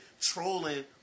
trolling